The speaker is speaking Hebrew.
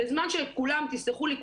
תסלחו לי,